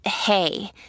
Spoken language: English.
hey